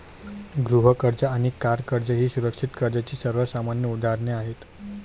गृह कर्ज आणि कार कर्ज ही सुरक्षित कर्जाची सर्वात सामान्य उदाहरणे आहेत